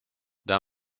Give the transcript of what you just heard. d’un